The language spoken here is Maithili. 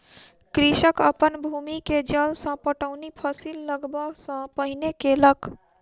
कृषक अपन भूमि के जल सॅ पटौनी फसिल लगबअ सॅ पहिने केलक